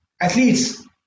Athletes